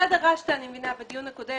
אני מבינה שבדיון הקודם